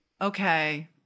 okay